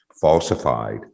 falsified